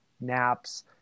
naps